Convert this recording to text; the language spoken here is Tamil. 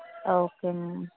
ah okay ma'am